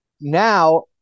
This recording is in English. Now